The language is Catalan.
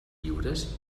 lliures